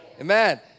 Amen